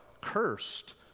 cursed